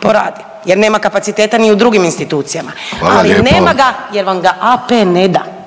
poradi jer nema kapaciteta ni u drugim institucijama…/Upadica Vidović: Hvala